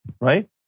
right